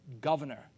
governor